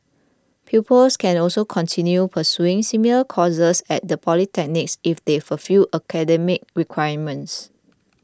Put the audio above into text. pupils can also continue pursuing similar courses at the polytechnics if they fulfil academic requirements